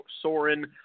Soren